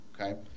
Okay